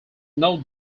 note